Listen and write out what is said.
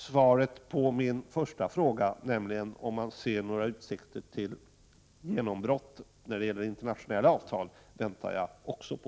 Svaret på min första fråga, nämligen om det finns några utsikter till genombrott när det gäller internationella avtal väntar jag också på.